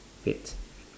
fad